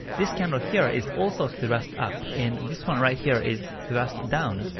this candle here is also thrust up, and this one right here is thrust down.